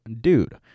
Dude